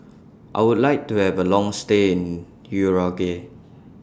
I Would like to Have A Long stay in Uruguay